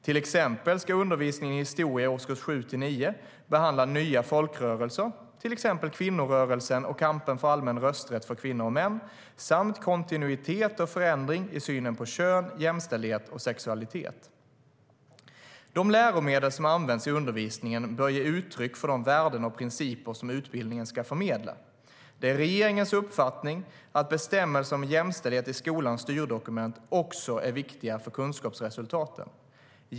Till exempel ska undervisningen i historia i årskurs 7-9 behandla nya folkrörelser, till exempel kvinnorörelsen och kampen för allmän rösträtt för kvinnor och män, samt kontinuitet och förändring i synen på kön, jämställdhet och sexualitet.De läromedel som används i undervisningen bör ge uttryck för de värden och principer som utbildningen ska förmedla. Det är regeringens uppfattning att bestämmelserna om jämställdhet i skolans styrdokument också är viktiga för kunskapsresultaten.